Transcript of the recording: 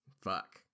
fuck